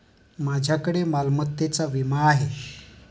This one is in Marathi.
माझ्याकडे मालमत्तेचा विमा आहे